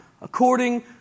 according